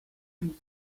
and